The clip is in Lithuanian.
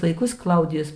laikus klaudijus